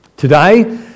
Today